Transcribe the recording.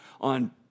on